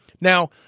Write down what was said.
Now